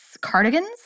cardigans